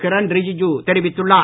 கிரண் ரிஜிஜு தெரிவித்துள்ளார்